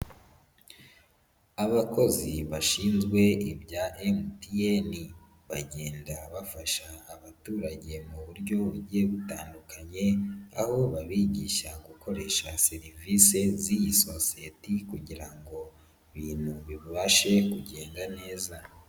Abakozi bashinzwe ibya MTN. Bagenda bafasha abaturage mu buryo bugiye butandukanye, aho babigisha gukoresha serivisi z'iyi sosiyete kugira ngo ibintu bibashe kugenda neza.